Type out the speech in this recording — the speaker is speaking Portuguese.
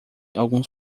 alguns